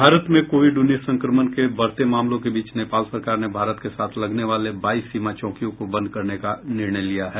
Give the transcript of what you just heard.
भारत में कोविड उन्नीस संक्रमण के बढ़ते मामलों के बीच नेपाल सरकार ने भारत के साथ लगने वाले बाईस सीमा चौकियों को बंद करने का निर्णय लिया है